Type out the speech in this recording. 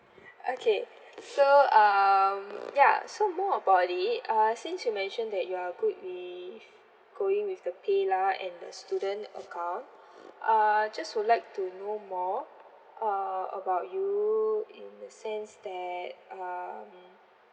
okay so um ya so more about it uh since you mentioned that you are good with going with the PayLah and the student account uh just would like to know more uh about you in the sense that uh